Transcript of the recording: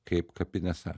kaip kapinėse